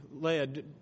led